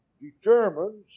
determines